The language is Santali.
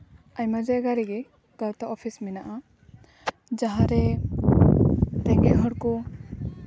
ᱟᱭᱢᱟ ᱡᱟᱭᱜᱟ ᱨᱮᱜᱮ ᱜᱟᱶᱛᱟ ᱚᱯᱷᱤᱥ ᱢᱮᱱᱟᱜᱼᱟ ᱡᱟᱦᱟᱸᱨᱮ ᱨᱮᱸᱜᱮᱡ ᱦᱚᱲ ᱠᱚ